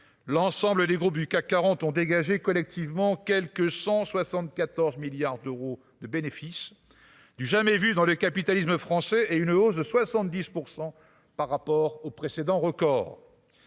l'ensemble des groupes du CAC 40 ont dégagé collectivement quelque 174 milliards d'euros de bénéfices, du jamais vu dans le capitalisme français et une hausse de 70 % par rapport au précédent record